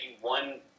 one